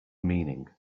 meaning